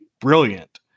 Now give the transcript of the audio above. brilliant